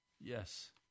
Yes